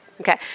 Okay